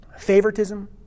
favoritism